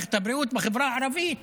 במערכת הבריאות בחברה הערבית,